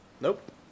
Nope